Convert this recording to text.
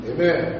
Amen